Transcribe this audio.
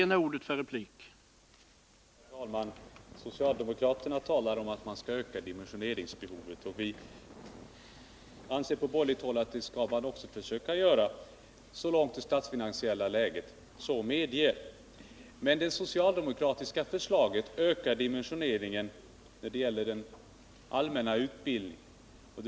Herr talman! Socialdemokraterna talar om ett behov av att öka dimensioneringen. Vi anser från borgerligt håll att man skall försöka göra det så långt det statsfinansiella läget så medger. Men det socialdemokratiska förslaget innebär en ökning av dimensioneringen när det gäller den allmänna utbildningen.